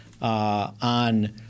On